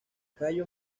cayo